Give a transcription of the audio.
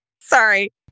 sorry